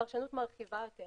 פרשנות מרחיבה יותר,